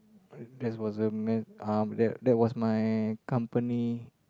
that was a man uh that that was my company